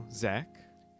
Zach